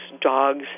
dogs